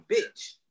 bitch